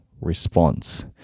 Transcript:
response